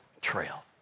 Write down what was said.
trail